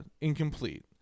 incomplete